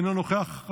אינו נוכח,